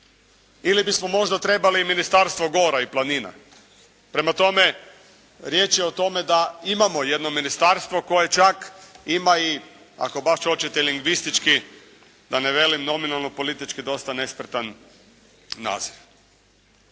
Ili bismo možda trebali i Ministarstvo gora i planina. Prema tome, riječ je o tome da imamo jedno ministarstvo koje čak ima i ako baš hoćete lingvistički, da ne velim nominalno politički dosta nespretan naziv.